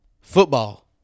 football